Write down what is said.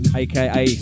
aka